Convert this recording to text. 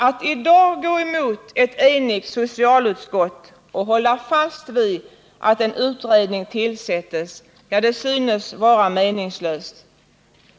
Att i dag gå emot ett enigt socialutskott och hålla fast vid kravet att en utredning skall tillsättas synes vara meningslöst.